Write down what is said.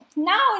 Now